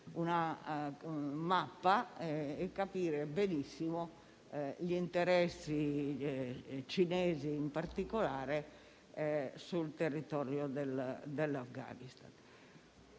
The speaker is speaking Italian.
una mappa per capire benissimo gli interessi, cinesi in particolare, sul territorio dell'Afghanistan.